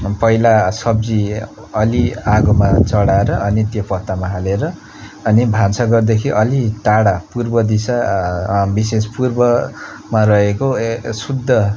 पहिला सब्जी अलि आगोमा चढाएर अनि त्यो पत्तामा हालेर अनि भान्साघरदेखि अलि टाढा पूर्व दिशा विशेष पूर्वमा रहेको शुद्ध